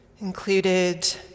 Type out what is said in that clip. included